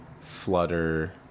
Flutter